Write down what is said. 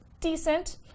decent